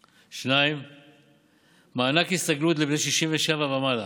2. מענק הסתגלות לבני 67 ומעלה,